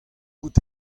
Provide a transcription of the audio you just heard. out